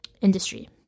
industry